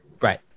Right